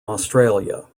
australia